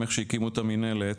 כשהקימו את המינהלת,